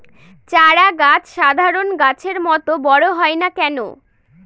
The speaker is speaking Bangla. চারা গাছ সাধারণ গাছের মত বড় হয় না কেনো?